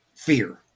Fear